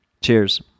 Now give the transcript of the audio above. Cheers